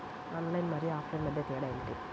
Online మరియు offline మధ్య తేడా ఏమిటీ?